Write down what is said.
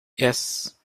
yes